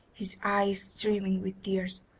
his eyes streaming with tears,